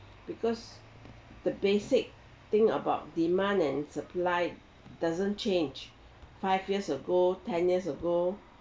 because the basic thing about demand and supply doesn't change five years ago ten years ago